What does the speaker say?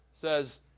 says